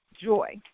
joy